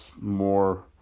more